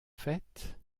fête